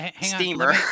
Steamer